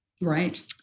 Right